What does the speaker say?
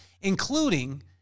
including